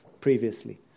previously